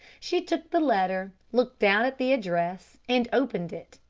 she took the letter, looked down at the address and opened it.